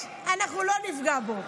85, אנחנו לא נפגע בו.